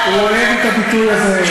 הוא אוהב את הביטוי הזה.